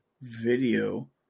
video